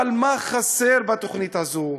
אבל מה חסר בתוכנית הזו?